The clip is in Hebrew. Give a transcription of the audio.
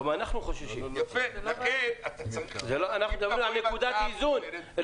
גם אנחנו חוששים, אנחנו מדברים על נקודת איזון.